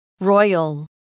Royal